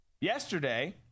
Yesterday